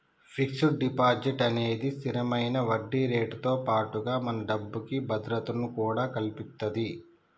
fixed deposit అనేది స్తిరమైన వడ్డీరేటుతో పాటుగా మన డబ్బుకి భద్రతను కూడా కల్పిత్తది